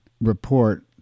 report